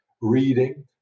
reading